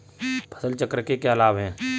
फसल चक्र के क्या लाभ हैं?